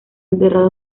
enterrado